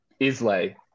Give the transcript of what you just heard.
Islay